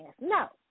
No